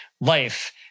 life